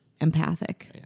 empathic